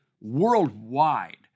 worldwide